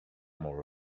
more